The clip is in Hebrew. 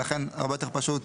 ולכן הרבה יותר פשוט